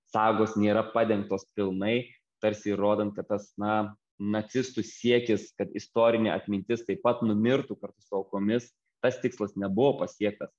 sagos nėra padengtos pilnai tarsi įrodant kad tas na nacistų siekis kad istorinė atmintis taip pat numirtų kartu su aukomis tas tikslas nebuvo pasiektas